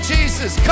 Jesus